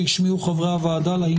תודה לכל מי שטרח ובאה לאולם הוועדה.